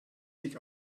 sich